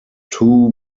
two